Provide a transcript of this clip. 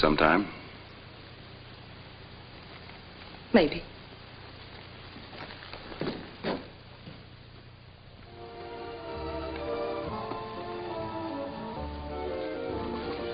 sometime